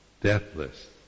Deathless